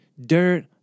dirt